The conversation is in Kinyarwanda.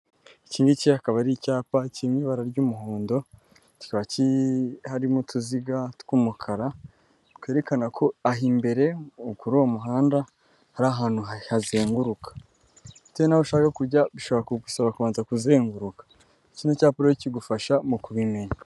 Ikingiki akaba ari icyapa kiri mu ibara ry'umuhondo, kikaba harimo utuziga tw'umukara, twerekana ko aho imbere kuri uwo muhanda, hari ahantu hazenguruka, bitewe naho ushaka kujya, bishobora kugusaba kubanza kuzenguruka, kino cyapa rero kigufasha mu kubimenya.